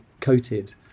coated